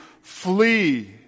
flee